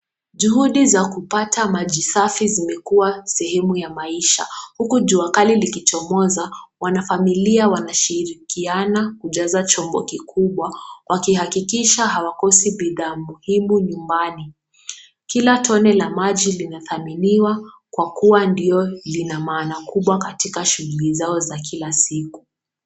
Juhudi za kupata maji safi zimekuwa sehemu ya maisha, huku jua kali likichomoza, wanafamilia wanashirikiana kujaza chombo kikubwa, wakihakikisha hawakosi bidhaa muhimu nyumbani. Kila tone la maji linathaminiwa kwa kuwa ndio lina maana kubwa katika shughuli zao za kila siku.